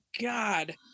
God